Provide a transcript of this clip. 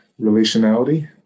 relationality